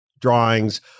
drawings